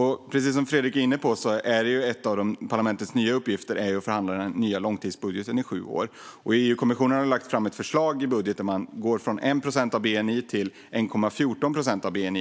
EU. Precis som Fredrik Malm var inne på är en av parlamentets nya uppgifter att förhandla om den nya långtidsbudgeten för sju år. EU-kommissionen har lagt fram ett förslag till budget där man går från 1 procent av bni till 1,14 procent av bni.